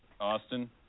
austin